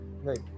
Right